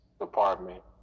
department